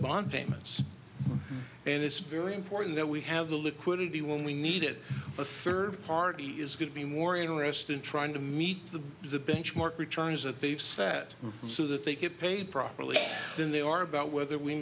bond payment and it's very important that we have the liquidity when we needed a third party is going to be more interested in trying to meet the the benchmark returns that they've sat so that they get paid properly than they are about whether we